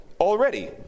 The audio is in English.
already